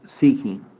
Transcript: seeking